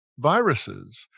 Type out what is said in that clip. viruses